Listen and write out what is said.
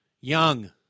Young